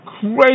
Crazy